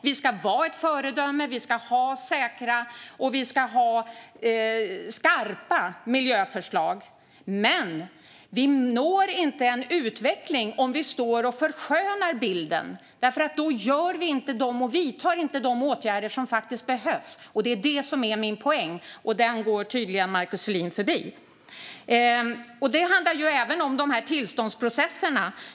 Vi ska vara ett föredöme, och vi ska ha skarpa miljöförslag. Men vi når inte en utveckling om vi förskönar bilden, för då vidtar vi inte de åtgärder som faktiskt behövs. Det är detta som är min poäng, men den går tydligen Markus Selin förbi. Det handlar även om tillståndsprocesserna.